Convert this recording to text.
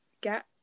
get